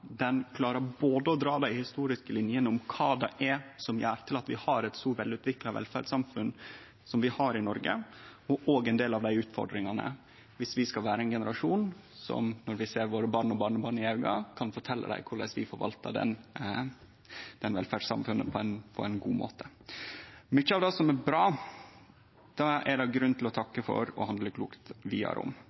både å dra dei historiske linjene om kva som gjer at vi har eit så velutvikla velferdssamfunn som vi har i Noreg, og viser òg ein del av dei utfordringane vi har viss vi skal vere ein generasjon som når vi ser våre barn og barnebarn i auga, kan fortelje dei korleis vi forvalta velferdssamfunnet på ein god måte. Mykje av det som er bra, er det grunn til å takke for og handle klokt vidare